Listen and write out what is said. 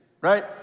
right